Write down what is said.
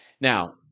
Now